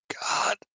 God